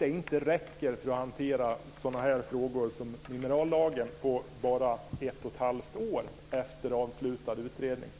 inte räcker för att hantera sådan här frågor som minerallagen på bara ett och ett halvt år efter avslutad utredning.